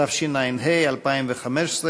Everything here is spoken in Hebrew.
התשע"ה 2015,